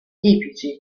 tipici